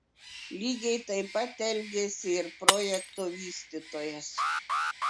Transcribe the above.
lygiai taip pat elgėsi ir projekto vystytojas